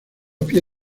pie